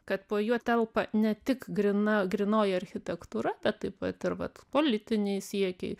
kad po juo telpa ne tik gryna grynoji architektūra bet taip pat ir vat politiniai siekiai